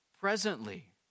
presently